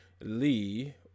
Lee